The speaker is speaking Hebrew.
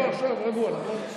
עכשיו רגוע, נכון?